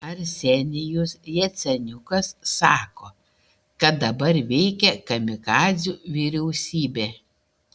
arsenijus jaceniukas sako kad dabar veikia kamikadzių vyriausybė